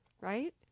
Right